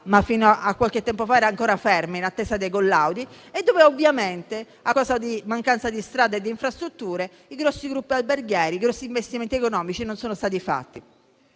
ma fino a qualche tempo fa era ancora ferma in attesa dei collaudi), e dove, a causa di mancanza di strade e di infrastrutture, grossi gruppi alberghieri e grossi investimenti economici non sono stati fatti.